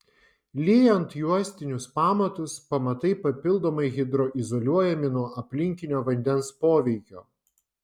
liejant juostinius pamatus pamatai papildomai hidroizoliuojami nuo aplinkinio vandens poveikio